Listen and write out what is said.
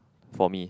for me